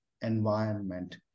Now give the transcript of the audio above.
environment